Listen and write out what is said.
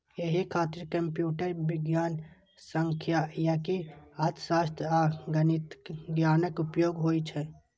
एहि खातिर कंप्यूटर विज्ञान, सांख्यिकी, अर्थशास्त्र आ गणितक ज्ञानक उपयोग होइ छै